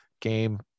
game